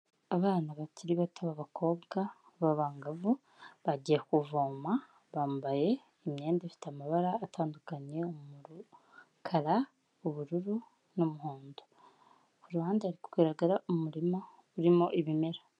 Abana bakiri bato b'abakobwa b'abangavu bagiye kuvoma, bambaye imyenda ifite amabara atandukanye, umukara, ubururu n'umuhondo, ku ruhande hari kugaragara umurima urimo ibimera.